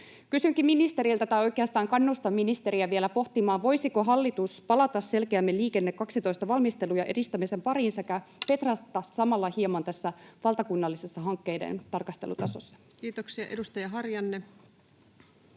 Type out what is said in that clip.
Kysynkin ministeriltä tai oikeastaan kannustan ministeriä vielä pohtimaan, voisiko hallitus palata selkeämmin Liikenne 12:n valmistelun ja edistämisen pariin sekä petrata samalla hieman tässä valtakunnallisessa hankkeiden tarkastelutasossa. [Speech 465] Speaker: